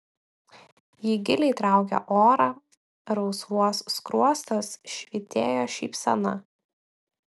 ji giliai traukė orą rausvuos skruostuos švytėjo šypsena